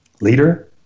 leader